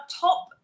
top